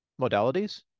modalities